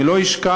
אני לא אשכח